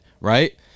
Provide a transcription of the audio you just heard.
right